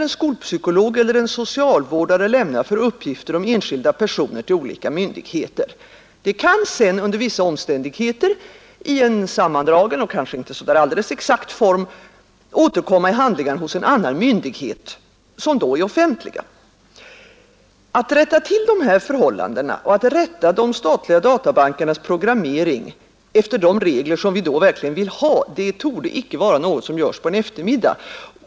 en skölpsykolog eller en sovialvärdare lämnat till olika myndigheter kan sedan under vissa omständigheter + sammandrag och i en kanske ine alldeles exakt form aterkomma hos en annan myndighet i handlingar. som da är offentliga. Att rätta till dessa förhallanden och rätta till de statliga databankernas programmering efter de regler som vi da verkliven vill ha torde icke vara nägot som görs på en eftermiddag.